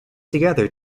together